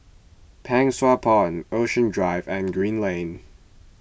Pang Sua Pond Ocean Drive and Green Lane